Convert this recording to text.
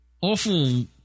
Awful